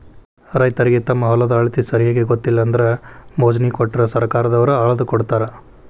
ರೈತರಿಗೆ ತಮ್ಮ ಹೊಲದ ಅಳತಿ ಸರಿಯಾಗಿ ಗೊತ್ತಿಲ್ಲ ಅಂದ್ರ ಮೊಜ್ನಿ ಕೊಟ್ರ ಸರ್ಕಾರದವ್ರ ಅಳ್ದಕೊಡತಾರ